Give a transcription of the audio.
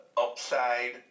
upside